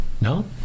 No